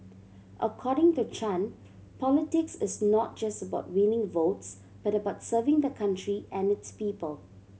according to Chan politics is not just about winning votes but about serving the country and its people